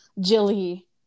Jilly